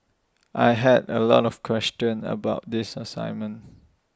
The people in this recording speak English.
I had A lot of questions about the